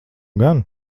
gan